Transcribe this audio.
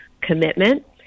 commitment